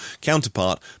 counterpart